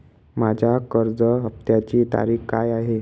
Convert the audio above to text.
माझ्या कर्ज हफ्त्याची तारीख काय आहे?